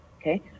okay